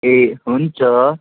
ए हुन्छ